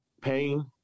pain